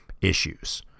issues